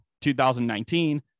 2019